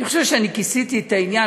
חושב שכיסיתי את העניין,